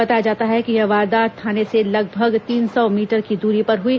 बताया जाता है कि यह वारदात थाने से लगभग तीन सौ मीटर की दूरी पर हई